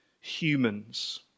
humans